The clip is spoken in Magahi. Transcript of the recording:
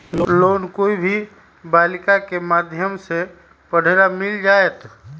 लोन कोई भी बालिका के माध्यम से पढे ला मिल जायत?